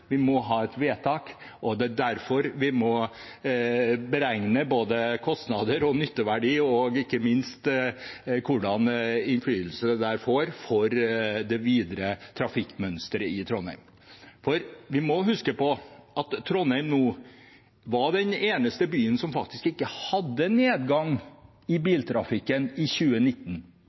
vi må beregne både kostnader og nytteverdi og ikke minst hva slags innflytelse dette får for det videre trafikkmønsteret i Trondheim. Vi må huske på at Trondheim var den eneste byen som faktisk ikke hadde nedgang i biltrafikken i 2019,